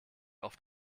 oft